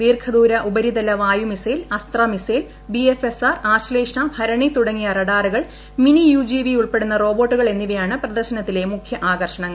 ദീർഷ്ദൂര ഉപരിതല വായു missile Astra missile B F S R Ashlesha Bharani തുടങ്ങിയ റഡാറുകൾ ് മിന്നി യു ജി വി ഉൾപ്പെടുന്ന റോബോട്ടുകൾ എന്നിവയാണ് പ്രദർശനത്തിലെ മുഖ്യ ആകർഷണങ്ങൾ